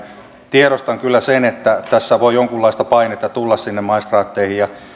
tiedostan kyllä sen että tässä voi jonkunlaista painetta tulla sinne maistraatteihin ja